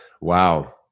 Wow